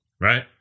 right